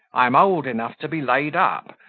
i am old enough to be laid up,